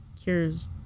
cures